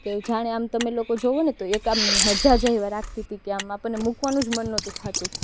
તો એવું જાણે આમ તમે લોકો જુઓને તો એક આમ મજા જ આવ્યે રાખતી હતી કે આમ આપણને મૂકવાનું જ મન નહોતું થતું